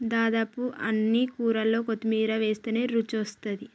దాదాపు అన్ని కూరల్లో కొత్తిమీర వేస్టనే రుచొస్తాది